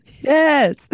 Yes